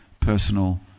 personal